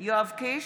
יואב קיש,